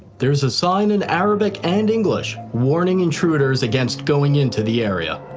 there's a sign in arabic and english warning intruders against going into the area.